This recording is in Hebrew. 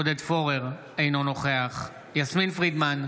עודד פורר, אינו נוכח יסמין פרידמן,